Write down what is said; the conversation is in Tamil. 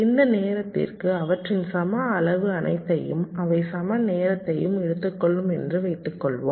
இந்த நேரத்திற்கு அவற்றின் சம அளவு அனைத்தையும் அவை சம நேரத்தை எடுத்துக்கொள்ளும் என்று வைத்துக் கொள்வோம்